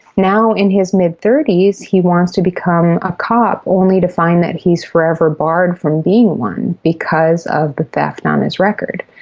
now in his mid thirty s he wants to become a cop, only to find that he is forever barred from being one because of the theft on his record.